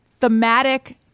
thematic